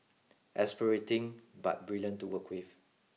exasperating but brilliant to work with